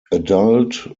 adult